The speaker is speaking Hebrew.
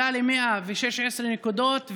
עלה ל-116 נקודות,